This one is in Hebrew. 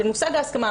של מושג ההסכמה.